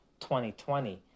2020